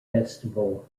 festival